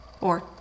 or